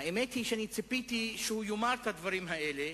האמת היא שאני ציפיתי שהוא יאמר את הדברים האלה,